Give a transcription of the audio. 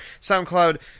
SoundCloud